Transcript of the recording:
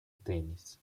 tênis